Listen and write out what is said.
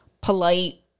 polite